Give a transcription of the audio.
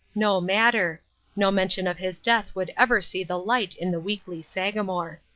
no matter no mention of his death would ever see the light in the weekly sagamore.